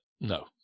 no